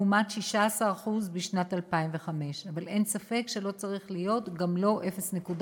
לעומת 16% בשנת 2005. אבל אין ספק שלא צריך להיות גם לא 0.1%,